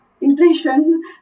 impression